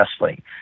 Wrestling